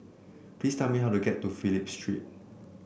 please tell me how to get to Phillip Street